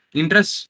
interest